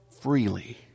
freely